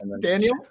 Daniel